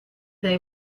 they